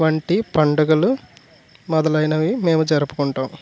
వంటి పండుగలు మొదలైనవి మేము జరుపుకుంటాం